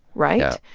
right? yeah.